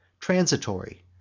transitory